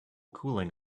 cooling